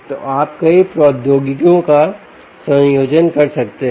तो आप कई प्रौद्योगिकियों का संयोजन कर सकते हैं